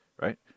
right